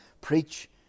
preach